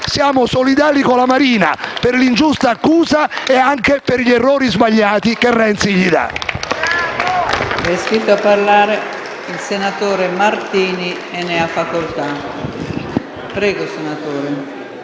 Siamo solidali con la Marina per l'ingiusta accusa e anche per gli ordini sbagliati che Renzi le dà.